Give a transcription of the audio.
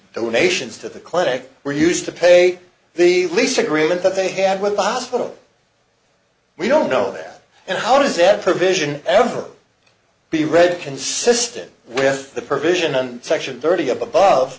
donations to the clinic were used to pay the lease agreement that they had with the hospital we don't know that and how does that provision ever be read consistent with the provision on section thirty above